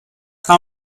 how